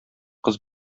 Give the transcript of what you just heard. кыз